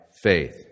faith